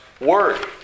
Word